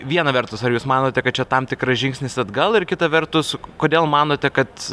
viena vertus ar jūs manote kad čia tam tikras žingsnis atgal ir kita vertus kodėl manote kad